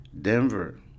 Denver